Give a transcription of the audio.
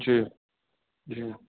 जी जी